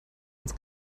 ins